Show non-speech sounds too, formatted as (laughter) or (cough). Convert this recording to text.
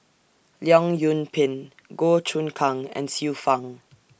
Leong Yoon Pin Goh Choon Kang and Xiu Fang (noise)